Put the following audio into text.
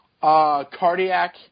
Cardiac